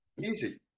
Easy